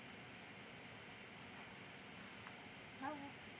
alright